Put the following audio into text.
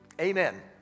Amen